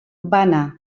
bana